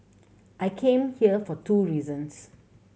I came here for two reasons